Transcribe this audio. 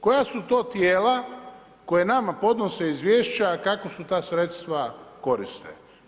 Koja su to tijela koja nama podnose izvješća kako se ta sredstva koriste?